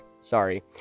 Sorry